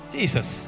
Jesus